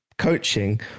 coaching